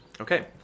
Okay